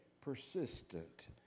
persistent